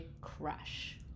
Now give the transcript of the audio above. crash